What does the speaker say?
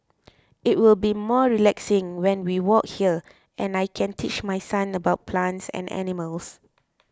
it will be more relaxing when we walk here and I can teach my son about plants and animals